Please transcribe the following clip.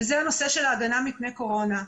וזה הנושא של ההגנה מפני קורונה.